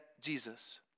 Jesus